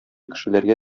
кешеләргә